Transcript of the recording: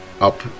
up